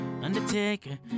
Undertaker